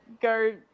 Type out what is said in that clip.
go